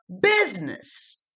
business